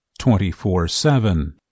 24-7